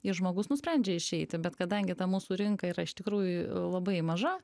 ir žmogus nusprendžia išeiti bet kadangi ta mūsų rinka yra iš tikrųjų labai maža